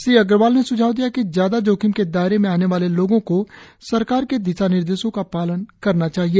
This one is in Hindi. श्री अग्रवाल ने स्झाव दिया कि ज्यादा जोखिम के दायरे में आने वाले लोगों को सरकार के दिशा निर्देशों का पालन करना चाहिए